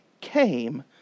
came